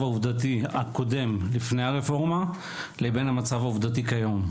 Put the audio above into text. העובדתי הקודם לפני הרפורמה לבין המצב העובדתי כיום.